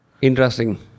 Interesting